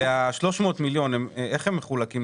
ואיך 300 המיליון מחולקים?